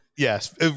Yes